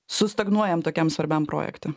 sustagnuojam tokiam svarbiam projekte